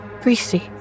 Greasy